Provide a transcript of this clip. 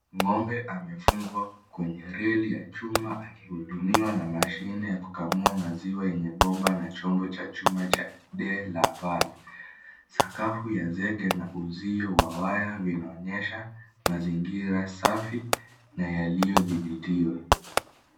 Ngombe amefungwa kwenye reli ya chuma akihudumiwa na machine ya kukamua maziwa yenye bomba na chombo cha chuma cha de la val. Sakafu ya zege na uzio wa waya vinaonyesha mazingira safi na yaliothibitiwa.